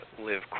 live